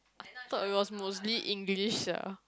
I thought it was mostly English sia